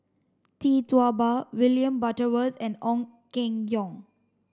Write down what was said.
Tee Tua Ba William Butterworth and Ong Keng Yong